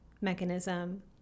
mechanism